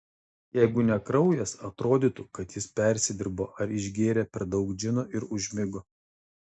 jeigu ne kraujas atrodytų kad jis persidirbo ar išgėrė per daug džino ir užmigo